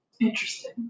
Interesting